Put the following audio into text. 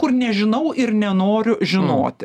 kur nežinau ir nenoriu žinoti